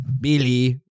Billy